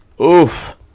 Oof